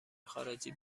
خارجی